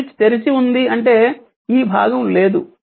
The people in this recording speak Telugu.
స్విచ్ తెరిచి ఉంది అంటే ఈ భాగం లేదు